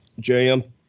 JM